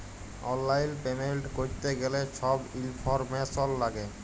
অললাইল পেমেল্ট ক্যরতে গ্যালে ছব ইলফরম্যাসল ল্যাগে